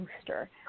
booster